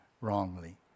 wrongly